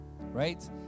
right